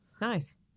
nice